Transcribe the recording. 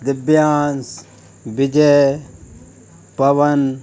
Divyansh Vijay Pawan